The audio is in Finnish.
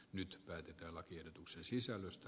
nyt päätetään lakiehdotuksen sisällöstä